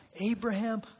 Abraham